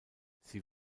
sie